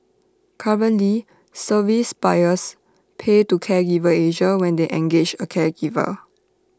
currently service buyers pay to Caregiver Asia when they engage A caregiver